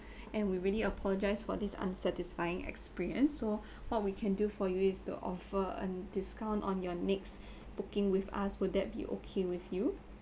and we really apologise for this unsatisfying experience so what we can do for you is to offer a discount on your next booking with us will that be okay with you